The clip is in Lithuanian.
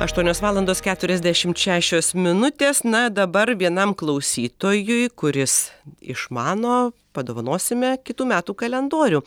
aštuonios valandos keturiasdešimt šešios minutės na dabar vienam klausytojui kuris išmano padovanosime kitų metų kalendorių